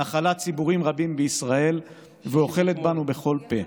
נחלת ציבורים רבים בישראל ואוכלת בנו בכל פה.